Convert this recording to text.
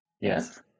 Yes